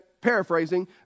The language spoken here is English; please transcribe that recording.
paraphrasing